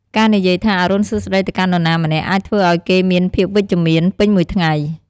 ការនិយាយថា "អរុណសួស្តី" ទៅកាន់នរណាម្នាក់អាចធ្វើឱ្យគេមានភាពវិជ្ជមាន ពេញមួយថ្ងៃ។